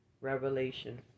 Revelation